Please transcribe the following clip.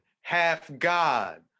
half-god